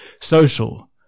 social